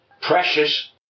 precious